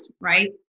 right